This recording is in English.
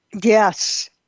Yes